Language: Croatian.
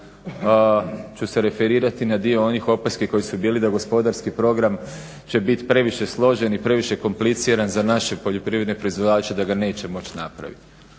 ostaloga ću se referirati na dio onih opaski koje su bile da gospodarski program će biti previše složen i previše kompliciran za naše poljoprivredne proizvođače da ga neće moći napraviti.